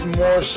more